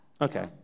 Okay